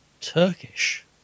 Turkish